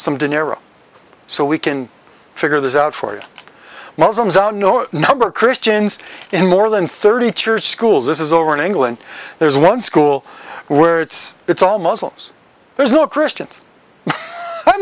some dinero so we can figure this out for you muslims are no number of christians in more than thirty church schools this is over in england there's one school where it's it's all muslims there's no christians i